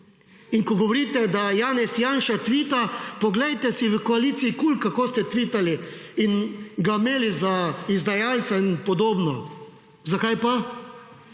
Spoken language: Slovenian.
In ko govorite, da Janez Janša tvita, poglejte si v koaliciji Kul, kako ste tvitali in ga imeli za izdajalca in podobno. Zakaj pa?